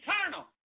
eternal